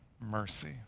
mercy